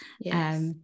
yes